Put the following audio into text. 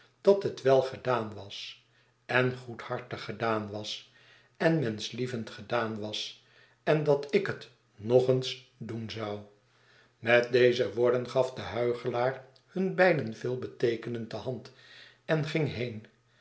dat het wel gedaan was en goedhartig gedaan was en menschlievend gedaan was en dat ik het nog eens doen zou met deze woordengaf dehuichelaarhunbeiden veelbeteekenend de hand en ging heen